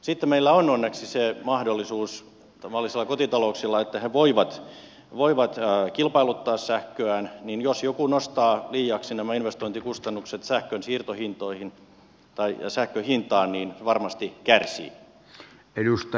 sitten meillä on onneksi se mahdollisuus tavallisilla kotitalouksilla että ne voivat kilpailuttaa sähköään niin että jos joku nostaa liiaksi nämä investointikustannukset sähkön siirtohintoihin ja sähkönhintaan niin varmasti se kärsii